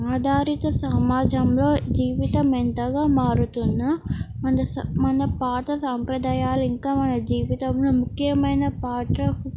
ఆధారిత సమాజంలో జీవితం ఎంతగా మారుతున్నా మన మన పాత సాంప్రదాయాలు ఇంకా మన జీవితంలో ముఖ్యమైన పాత్ర